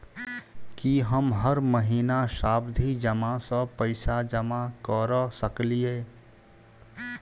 की हम हर महीना सावधि जमा सँ पैसा जमा करऽ सकलिये?